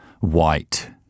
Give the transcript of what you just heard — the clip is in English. white